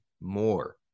more